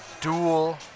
dual